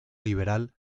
liberal